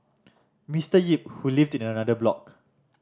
Mister Yip who lived in another block